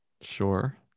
Sure